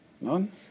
None